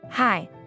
Hi